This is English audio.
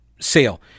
sale